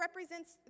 represents